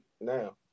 now